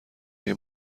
این